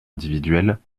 individuelles